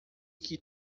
que